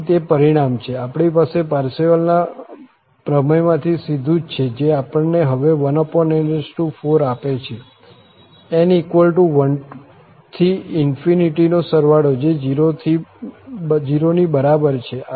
તેથી તે પરિણામ છે આપણી પાસે પારસેવલના પ્રમેયમાંથી સીધું છે જે આપણને હવે 1n4 આપે છે n 1 થી ∞ નો સરવાળો જે 0 ની બરાબર છે